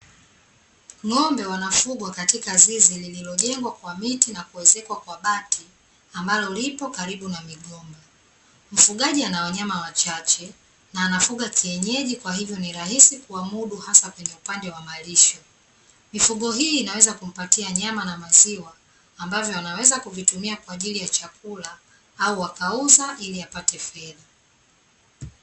Ng'ombe wanafugwa katika zizi lililojengwa kwa miti na kuezekwa kwa bati, ambalo lipo karibu na migomba. Mfugaji ana wanyama wachache na anafuga kienyeji, kwa hivyo ni rahisi kuwamudu hasa kwenye upande wa malisho. Mifugo hii inaweza kumpatia nyama na maziwa ambavyo anaweza kuvitumia kwa ajili ya chakula, au wakauza ili apate fedha.